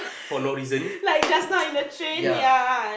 for no reason ya